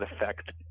effect